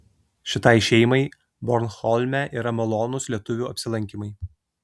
šitai šeimai bornholme yra malonūs lietuvių apsilankymai